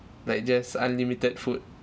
like just unlimited food